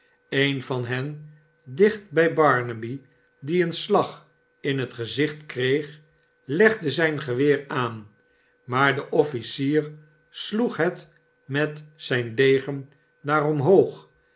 een van hen dicht bij barnaby die een slag in het gezicht kreeg legde zijn geweer aan maar de officier sloeg het met zijn degen naar omhoog